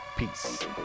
Peace